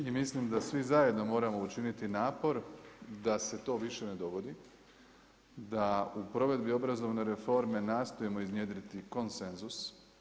I mislim da svi zajedno moramo učiniti napor da se to više ne dogodi, da u provedbi obrazovne reforme nastojimo iznjedriti konsenzus.